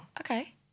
Okay